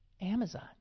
Amazon